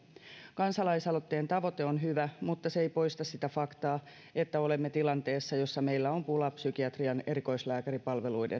kansalaisaloitteen tavoite on hyvä mutta se ei poista sitä faktaa että olemme tilanteessa jossa meillä on pula psykiatrian erikoislääkäripalveluista